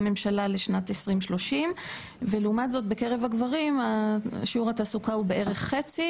הממשלה לשנת 2030. לעומת זאת בקרב הגברים שיעור התעסוקה הוא בערך חצי,